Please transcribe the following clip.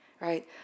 right